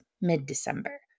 mid-December